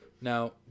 Now